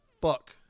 fuck